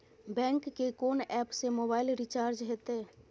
Bank के कोन app से मोबाइल रिचार्ज हेते?